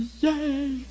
yay